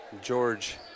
George